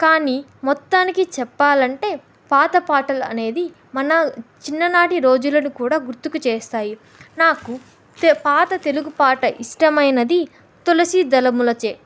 కానీ మొత్తానికి చెప్పాలంటే పాత పాటలు అనేవి మన చిన్ననాటి రోజులను కూడా గుర్తుకు చేస్తాయి నాకు పాత తెలుగు పాట ఇష్టమైనది తులసీ దళములచే